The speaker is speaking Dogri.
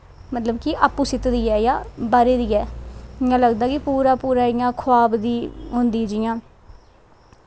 मतलब कि आपूं सीती दी ऐ जां बाह्रे दी ऐ इ'यां लगदा कि पूरा पूरा इ'यां खवाव दी होंदी जि'यां